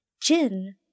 JIN